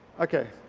okay.